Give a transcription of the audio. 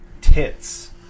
tits